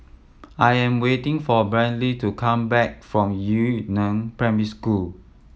I am waiting for Brady to come back from Yu Neng Primary School